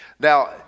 Now